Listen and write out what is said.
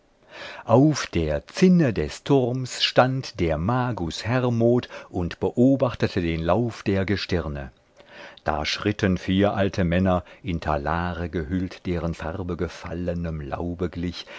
auf der zinne des turms stand der magus hermod und beobachtete den lauf der gestirne da schritten vier alte männer in talare gehüllt deren farbe gefallnem laube glich